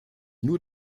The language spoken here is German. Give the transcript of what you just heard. nur